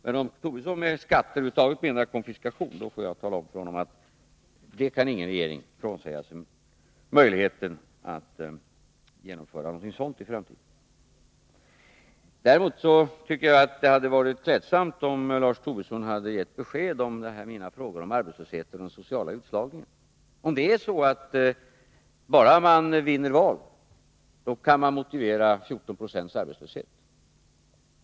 Men om Lars Tobisson menar att skatter över huvud taget är konfiskation då får jag tala om att ingen regering kan frånsäga sig möjligheten att genomföra något sådant i framtiden. Däremot tycker jag att det hade varit klädsamt om Lars Tobisson hade gett besked och svarat på mina frågor om arbetslösheten och den sociala utslagningen. Är det så att bara man vinner valet, så kan man motivera 14 96 arbetslöshet?